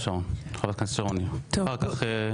חברת הכנסת שרון ניר, בבקשה.